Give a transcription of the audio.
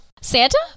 Santa